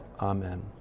Amen